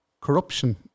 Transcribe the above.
corruption